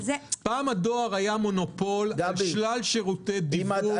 פעם הדואר היה מונופול על שלל שירותי דיוור.